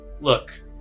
Look